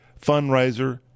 fundraiser